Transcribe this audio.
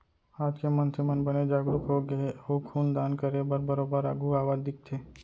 आज के मनसे मन बने जागरूक होगे हे अउ खून दान करे बर बरोबर आघू आवत दिखथे